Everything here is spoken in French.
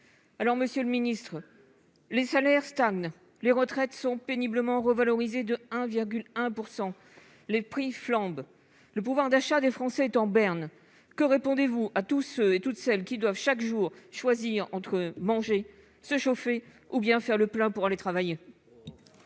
les plus aisés. Les salaires stagnent, les retraites sont péniblement revalorisées de 1,1 %, les prix flambent. Le pouvoir d'achat des Français est en berne. Madame la ministre, que répondez-vous à tous ceux et toutes celles qui doivent, chaque jour, choisir entre manger, se chauffer ou faire le plein pour aller travailler ?